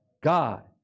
God